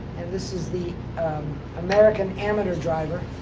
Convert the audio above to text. and this is the american amateur driver.